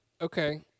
Okay